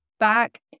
Back